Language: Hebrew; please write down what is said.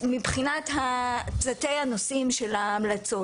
מבחינת תתי הנושאים של ההמלצות,